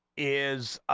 is